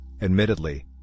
Admittedly